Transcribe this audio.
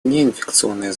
неинфекционные